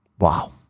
Wow